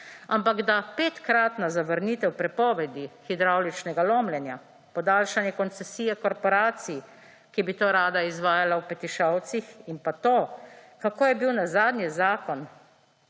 ampak da petkratna zavrnitev prepovedi hidravličnega lomljenja, podaljšanje koncesije korporacij, ki bi to rada izvajala v Petišovcih in pa to kako je bil nazadnje zakon